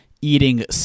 eating